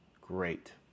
Great